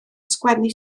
sgwennu